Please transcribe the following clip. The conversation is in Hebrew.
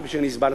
כפי שאני הסברתי.